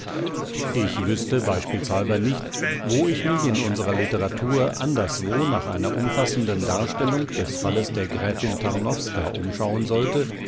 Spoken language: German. ich wüßte beispielshalber nicht wo ich mich in unserer literatur anderswo nach einer umfassenden darstellung des falles der gräfin tarnowska umschauen sollte